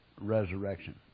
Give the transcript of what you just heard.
resurrection